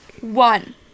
one